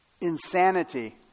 insanity